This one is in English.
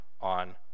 on